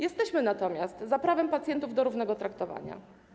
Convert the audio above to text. Jesteśmy natomiast za prawem pacjentów do równego traktowania.